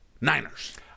Niners